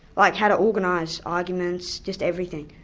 like how to organise arguments, just everything.